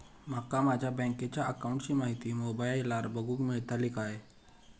माका माझ्या बँकेच्या अकाऊंटची माहिती मोबाईलार बगुक मेळतली काय?